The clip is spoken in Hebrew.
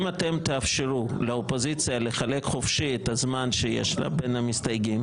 אם אתם תאפשרו לאופוזיציה לחלק חופשי את הזמן שיש לה בין המסתייגים,